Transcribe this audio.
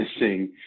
missing